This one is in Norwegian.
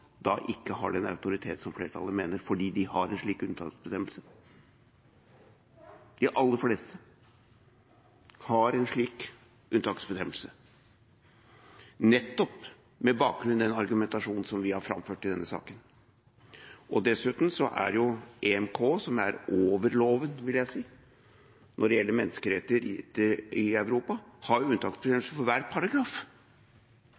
ikke har den autoritet som flertallet mener, fordi de har en slik unntaksbestemmelse. De aller fleste har en slik unntaksbestemmelse nettopp med bakgrunn i den argumentasjonen som vi har framført i denne saken. Dessuten har EMK, som jeg vil si er over loven når det gjelder menneskerettigheter i Europa, unntaksbestemmelser for hver paragraf. Jeg